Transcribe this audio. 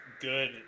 good